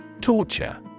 Torture